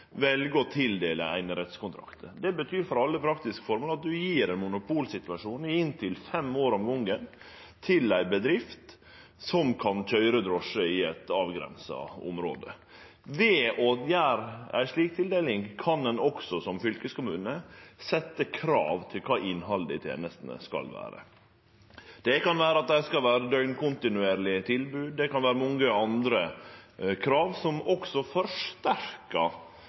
velje å tildele einerettskontraktar dersom det er svikt i marknaden. Det betyr for alle praktiske formål at ein gjev ein monopolsituasjon i inntil fem år om gongen til ei bedrift som kan køyre drosje i eit avgrensa område. Ved å gjere ei slik tildeling kan ein som fylkeskommune setje krav til kva innhaldet i tenestene skal vere